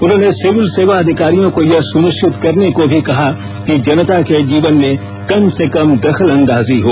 उन्होंने सिविल सेवा अधिकारियों को यह सुनिश्चित करने को भी कहा कि जनता के जीवन में कम से कम दखल अंदाजी हो